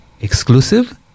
exclusive